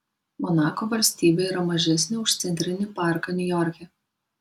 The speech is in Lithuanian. monako valstybė yra mažesnė už centrinį parką niujorke